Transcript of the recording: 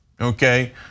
Okay